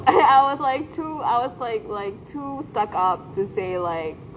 I was like too I was like like too stuck up to say like